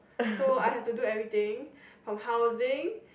so I have to do everything from housing